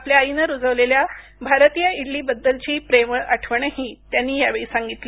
आपल्या आईने रुजवलेल्या भारतीय इडलीबद्दलची प्रेमळ आठवणही त्यांनी यावेळी सांगितली